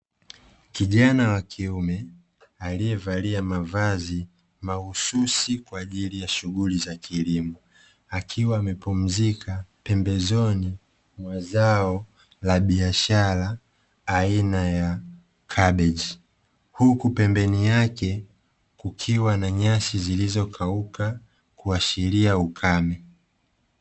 Kijana wa kiume aliyevalia mavazi mahususi kwa ajili ya shughuli za kilimo, akiwa amepumzika pembezoni mwa zao la biashara aina ya kabichi huku pembeni yake kukiwa na nyasi zilizokauka kuashiria ukame.